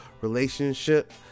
relationship